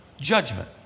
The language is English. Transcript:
judgment